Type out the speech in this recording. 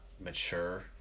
mature